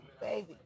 baby